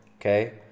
Okay